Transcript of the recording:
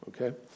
Okay